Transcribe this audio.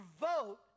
vote